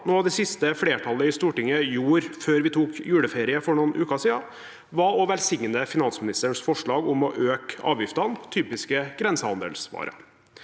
Noe av det siste flertallet i Stortinget gjorde før vi tok juleferie for noen uker siden, var å velsigne finansministerens forslag om å øke avgiftene på typiske grensehandelsvarer.